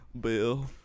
Bill